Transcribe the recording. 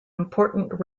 important